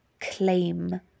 claim